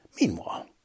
Meanwhile